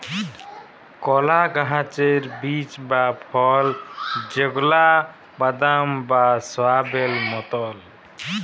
কলা গাহাচের বীজ বা ফল যেগলা বাদাম বা সয়াবেল মতল